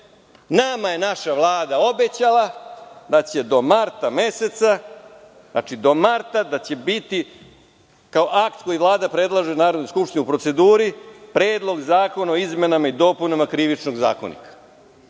nama je naša Vlada obećala da će do marta meseca, znači do marta, da će biti kao akt koji Vlada predlaže Narodnoj skupštini u proceduri, Predlog zakona o izmenama i dopunama KZ. Nema